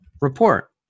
report